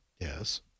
Yes